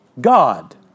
God